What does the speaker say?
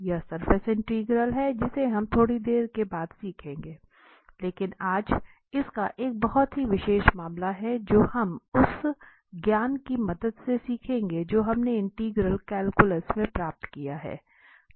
यह surface integral है जिसे हम थोड़ी देर बाद सीखेंगे लेकिन आज इसका एक बहुत ही विशेष मामला है जो हम उस ज्ञान की मदद से सीखेंगे जो हमने इंटीग्रल कैलकुलस में प्राप्त किया है